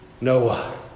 Noah